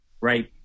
right